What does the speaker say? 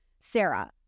Sarah